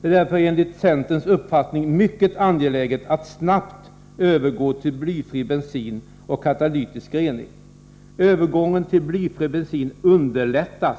Det är därför enligt centerns uppfattning mycket angeläget att vi snarast övergår till blyfri bensin och katalytisk rening. Övergången till blyfri bensin underlättas